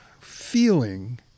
feeling